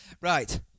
Right